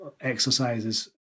exercises